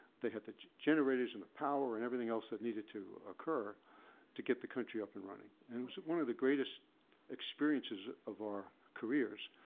they had the generators and the power, and everything else that needed to occur to get the country up and running. and it was one of the greatest experiences of our careers,